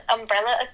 umbrella